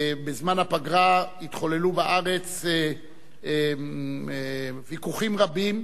בזמן הפגרה התחוללו בארץ ויכוחים רבים,